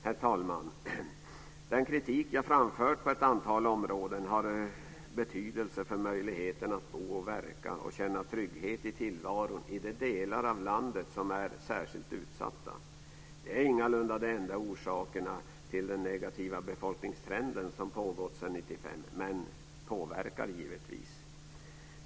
Herr talman! Den kritik som jag har framfört på ett antal områden har betydelse för möjligheten att bo, verka och känna trygghet i tillvaron i de delar av landet som är särskilt utsatta. Det är ingalunda de enda orsakerna till den negativa befolkningstrend som har pågått sedan 1995, men de påverkar givetvis.